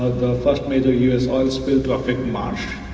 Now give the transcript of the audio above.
first major u s. oil spill to affect marsh.